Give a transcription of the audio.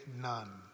none